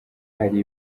hari